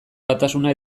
batasuna